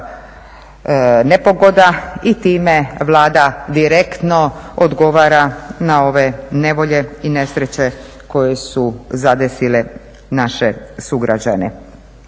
nepogoda. I time Vlada direktno odgovara na ove nevolje i nesreće koje su zadesile naše sugrađane.